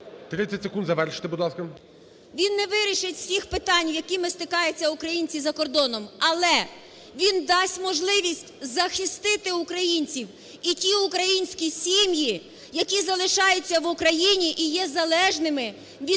Він не вирішить всіх питань, з якими стикаються українці за кордоном, але він дасть можливість захистити українців і ті українські сім'ї, які залишаються в Україні і є залежними від